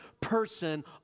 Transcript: person